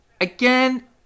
again